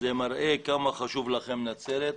זה מראה כמה חשובה לכם נצרת.